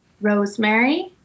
rosemary